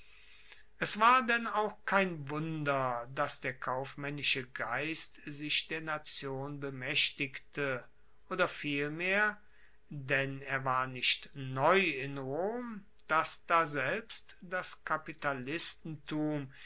es war denn auch kein wunder dass der kaufmaennische geist sich der nation bemaechtigte oder vielmehr denn er war nicht neu in rom dass daselbst das